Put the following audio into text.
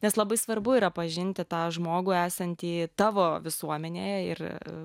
nes labai svarbu yra pažinti tą žmogų esantį tavo visuomenėje ir